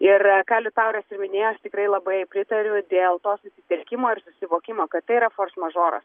ir ką liutauras ir minėjo aš tikrai labai pritariu dėl to susitelkimo ir susivokimo kad tai yra fors mažoras